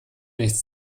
nichts